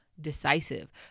decisive